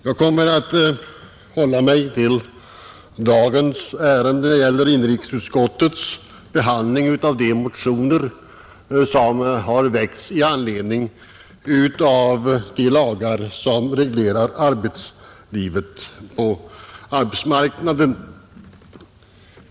Jag kommer att hålla mig till dagens ärende, nämligen inrikesutskottets behandling av de motioner som har väckts i anledning av de lagar som reglerar arbetslivet och arbetsmarknaden.